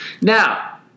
Now